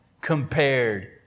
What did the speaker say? compared